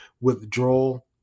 withdrawal